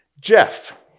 Jeff